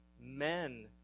men